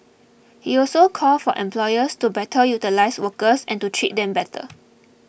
he also called for employers to better utilise workers and to treat them better